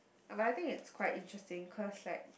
but I think it's quite interesting cause like